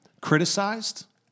criticized